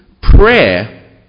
Prayer